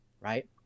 right